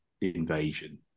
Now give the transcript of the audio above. invasion